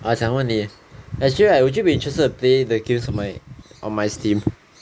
ah 想问你 actually right would you be interested to play the games on my on my steam